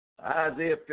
Isaiah